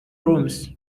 rooms